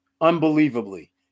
unbelievably